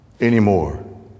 anymore